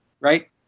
Right